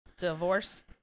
divorce